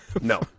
No